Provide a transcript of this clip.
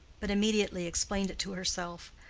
but immediately explained it to herself.